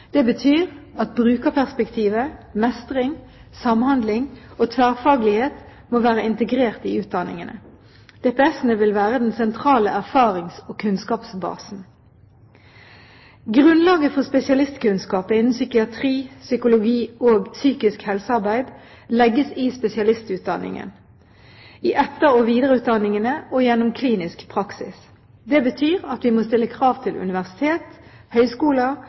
Det betyr at brukerperspektivet, mestring, samhandling og tverrfaglighet må være integrert i utdanningene. DPS-ene vil være den sentrale erfarings- og kunnskapsbasen. Grunnlaget for spesialistkunnskap innen psykiatri, psykologi og psykisk helsearbeid legges i spesialistutdanningen, i etter- og videreutdanningene og gjennom klinisk praksis. Det betyr at vi må stille krav til universiteter, høyskoler